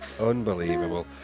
Unbelievable